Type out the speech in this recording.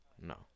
No